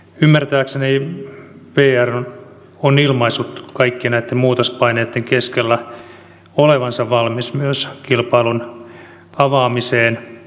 ymmärtääkseni vr on ilmaissut kaikkien näitten muutospaineitten keskellä olevansa valmis myös kilpailun avaamiseen